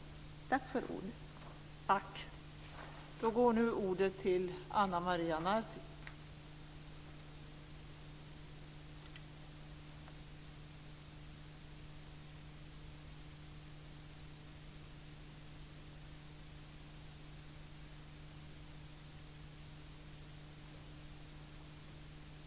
Tack för ordet!